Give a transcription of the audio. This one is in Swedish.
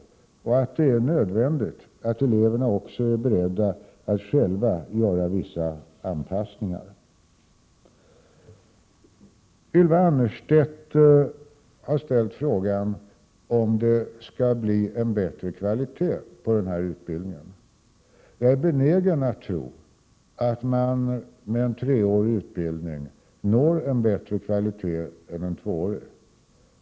Därför är det nödvändigt att eleverna själva är beredda att anpassa sig. Ylva Annerstedt har frågat om utbildningen skall få högre kvalitet. Jag är benägen att tro att en treårig utbildning når bättre kvalitet än en tvåårig.